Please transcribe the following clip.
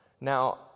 Now